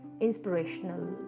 inspirational